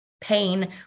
pain